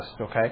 okay